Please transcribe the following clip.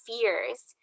fears